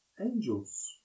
Angels